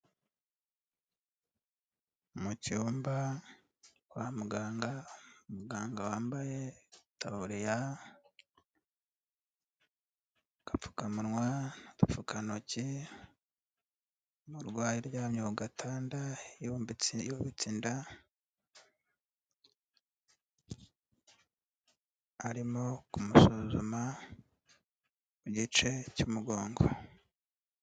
Mu cyumba kwa muganga, muganga wambaye itaburiya, agapfukamunwa, udupfukantoki, umurwayi uryamye ku gatanda yubitse inda, arimo kumusuzuma igice cy'umugongo.